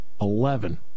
eleven